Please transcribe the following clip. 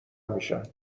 میشن